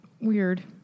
Weird